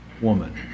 woman